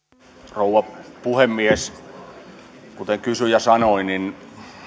rouva puhemies kuten kysyjä sanoi niin